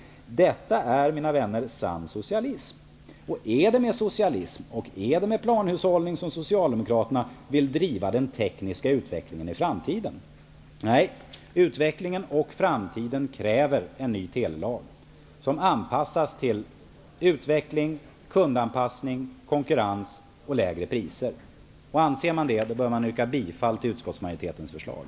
Detta är, mina vänner, sann socialism! Är det med hjälp av socialism och planhushållning som Socialdemokraterna vill driva den tekniska utvecklingen i framtiden? Nej, utvecklingen och framtiden kräver en ny telelag som anpassas till utveckling, kundanpassning, konkurrens och lägre priser. Om man anser detta bör man yrka bifall till utskottsmajoritetens förslag.